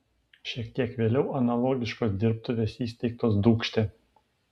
šiek tiek vėliau analogiškos dirbtuvės įsteigtos dūkšte